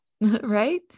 right